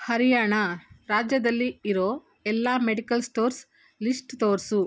ಹರ್ಯಾಣ ರಾಜ್ಯದಲ್ಲಿ ಇರೋ ಎಲ್ಲ ಮೆಡಿಕಲ್ ಸ್ಟೋರ್ಸ್ ಲಿಶ್ಟ್ ತೋರಿಸು